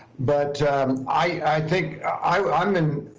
but i think i mean,